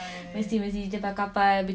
mesti mesti cerita pasal kapal